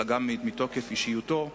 אלא גם מתוקף אישיותו.